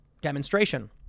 demonstration